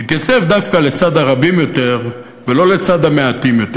תתייצב דווקא לצד הרבים יותר ולא לצד המעטים יותר,